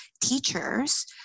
teachers